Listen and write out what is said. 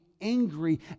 angry